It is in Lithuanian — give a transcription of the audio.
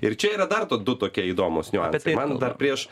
ir čia yra dar to du tokie įdomūs niuansai man dar prieš